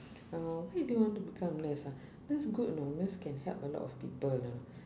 uh why you don't want to become a nurse ah nurse good you know nurse can help a lot of people ah